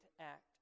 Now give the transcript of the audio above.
act